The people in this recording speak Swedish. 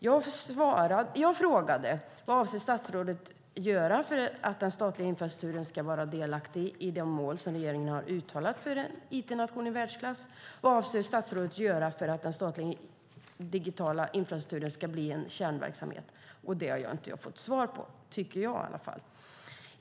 Jag frågade: Vad avser statsrådet att göra för att den statliga infrastrukturen ska vara delaktig i de mål som regeringen har uttalat om en it-nation i världsklass? Vad avser statsrådet att göra för att den statliga digitala infrastrukturen ska bli en kärnverksamhet? De frågorna har inte jag fått svar på, tycker jag i alla fall.